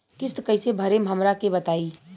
किस्त कइसे भरेम हमरा के बताई?